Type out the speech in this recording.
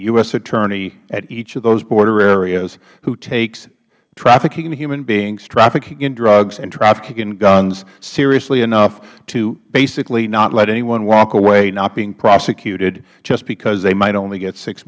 hattorney at each of those border areas who takes trafficking in human beings trafficking in drugs and trafficking in guns seriously enough to basically not let anyone walk away not being prosecuted just because they might only get